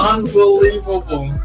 Unbelievable